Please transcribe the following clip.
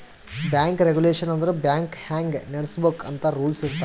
bank regulation ಅಂದುರ್ bank ಹ್ಯಾಂಗ್ ನಡುಸ್ಬೇಕ್ ಅಂತ್ ರೂಲ್ಸ್ ಇರ್ತಾವ್